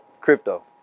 Crypto